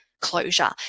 closure